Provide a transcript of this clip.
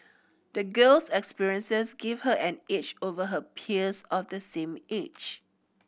the girl's experiences gave her an edge over her peers of the same age